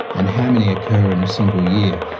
and how many occur in a single year.